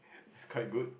is quite good